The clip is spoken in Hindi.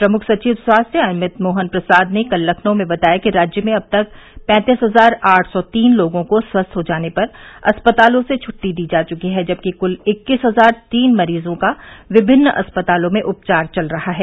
प्रमुख सचिव स्वास्थ्य अमित मोहन प्रसाद ने कल लखनऊ में बताया कि राज्य में अब तक पैंतीस हजार आठ सौ तीन लोगों को स्वस्थ हो जाने पर अस्पतालों से छुट्टी दी जा चुकी है जबकि कुल इक्कीस हजार तीन मरीजों का विभिन्न अस्पतालों में उपचार चल रहा है